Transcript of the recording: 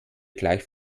gleich